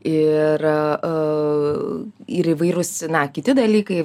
ir ir įvairūs na kiti dalykai